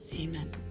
amen